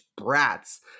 brats